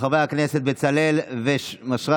השר גולדקנופ וחברי הכנסת בצלאל ומישרקי,